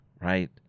right